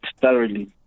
thoroughly